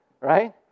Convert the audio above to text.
right